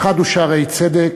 האחד הוא "שערי צדק"